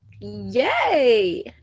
Yay